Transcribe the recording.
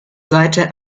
seite